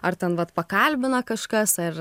ar ten vat pakalbina kažkas ar